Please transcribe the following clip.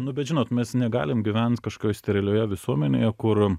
nu bet žinot mes negalim gyvent kažkokioj sterilioje visuomenėje kur